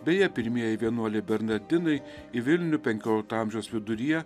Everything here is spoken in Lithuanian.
beje pirmieji vienuoliai bernardinai į vilnių penkiolikto amžiaus viduryje